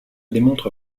démontre